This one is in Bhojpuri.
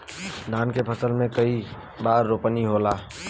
धान के फसल मे कई बार रोपनी होला?